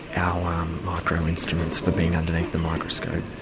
our micro-instruments for being underneath the microscopes.